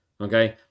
Okay